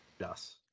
Yes